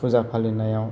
फुजा फालिनायाव